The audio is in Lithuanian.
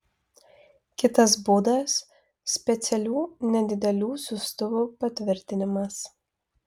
kitas būdas specialių nedidelių siųstuvų pritvirtinimas